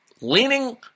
leaning